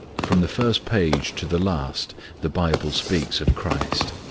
from the first page to the last the bible speaks of christ.